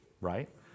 right